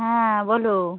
হ্যাঁ বলো